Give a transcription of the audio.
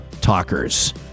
talkers